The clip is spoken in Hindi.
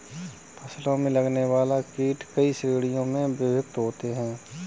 फसलों में लगने वाले कीट कई श्रेणियों में विभक्त होते हैं